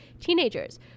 teenagers